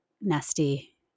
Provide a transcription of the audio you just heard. nasty